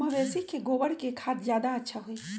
मवेसी के गोबर के खाद ज्यादा अच्छा होई?